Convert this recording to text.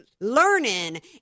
learning